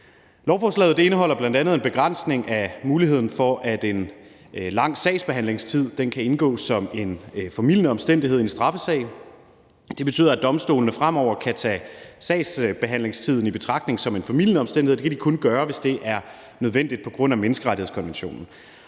Lovforslaget indeholder bl.a. en begrænsning af muligheden for, at en lang sagsbehandlingstid kan indgå som en formildende omstændighed i en straffesag. Det betyder, at domstolene fremover kun kan tage sagsbehandlingstiden i betragtning som en formildende omstændighed, hvis det er nødvendigt på grund af menneskerettighedskonventionen,